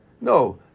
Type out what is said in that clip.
No